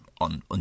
on